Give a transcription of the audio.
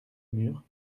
mur